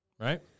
right